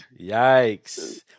Yikes